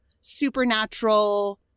supernatural